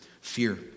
fear